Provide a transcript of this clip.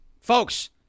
Folks